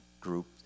group